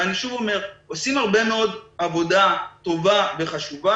אני שוב אומר: עושים הרבה מאוד עבודה טובה וחשובה